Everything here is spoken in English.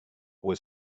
was